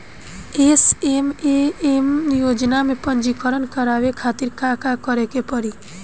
SMAM योजना में पंजीकरण करावे खातिर का का करे के पड़ी?